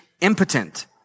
impotent